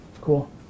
Cool